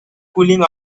cooling